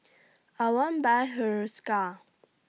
I want Buy Hiruscar